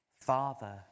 Father